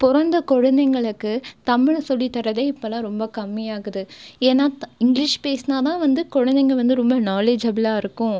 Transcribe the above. பிறந்த குழந்தைகளுக்கு தமிழ் சொல்லித்தரது இப்போவெலாம் ரொம்ப கம்மியாகுது ஏன்னால் இங்கிலீஷ் பேசுனால்தான் வந்து குழந்தைங்கள் வந்து ரொம்ப நாலெஜபலாலிருக்கும்